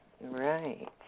Right